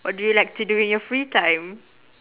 what do you like to do in your free time